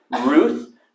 Ruth